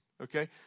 Okay